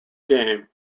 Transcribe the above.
game